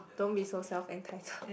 don't be so self entitled